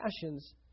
passions